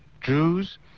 Jews